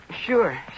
Sure